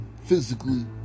physically